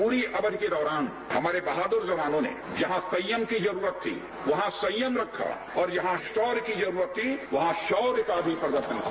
पूरी के दौरान हमारे बहादुर जवानों ने जहां सयंम की जरूरत थी वहां सयंम रखा और जहां शौर्य की जरूरत थी वहां शौर्य का भी प्रदर्शन किया